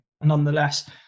nonetheless